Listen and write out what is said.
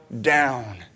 down